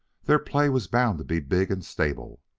their play was bound to be big and stable.